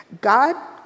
God